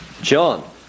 John